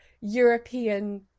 european